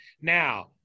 Now